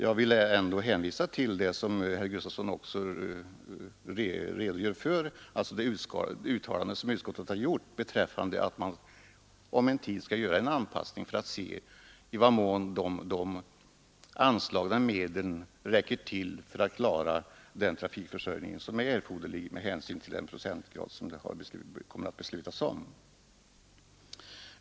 Jag vill då hänvisa till det uttalande som utskottet har gjort — detta redogjorde också herr Gustafson för — om att man kommer att göra en anpassning för att se i vad mån de anslagna medlen räcker till med hänsyn till den procentgrad som det kommer att beslutas om.